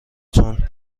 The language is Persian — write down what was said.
تون